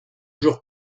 jours